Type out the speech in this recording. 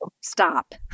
Stop